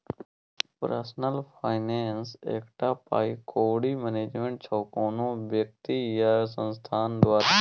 personal finance एकटा पाइ कौड़ी मैनेजमेंट छै कोनो बेकती या संस्थान द्वारा